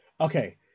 Okay